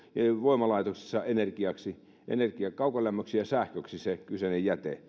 voimalaitoksessa energiaksi energiaksi kaukolämmöksi ja sähköksi sitähän ei enää penkkaan ajeta